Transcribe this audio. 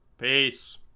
Peace